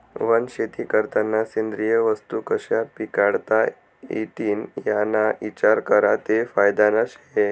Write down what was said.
वनशेती करतांना सेंद्रिय वस्तू कशा पिकाडता इतीन याना इचार करा ते फायदानं शे